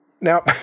Now